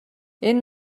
энэ